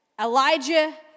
Elijah